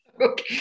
Okay